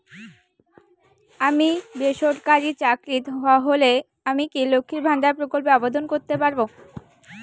আমি বেসরকারি চাকরিরত হলে আমি কি লক্ষীর ভান্ডার প্রকল্পে আবেদন করতে পারব?